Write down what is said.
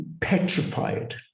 petrified